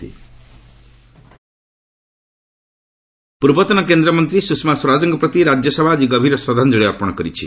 RS Sushma ପୂର୍ବତନ କେନ୍ଦ୍ରମନ୍ତ୍ରୀ ସୁଷମା ସ୍ୱରାଜଙ୍କ ପ୍ରତି ରାଜ୍ୟସଭା ଆଜି ଗଭୀର ଶ୍ରଦ୍ଧାଞ୍ଜଳୀ ଅର୍ପଣ କରିଛି